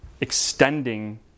extending